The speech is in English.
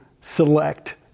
select